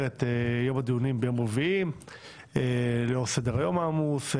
את יום הדיונים ביום רביעי לאור סדר-היום העמוס,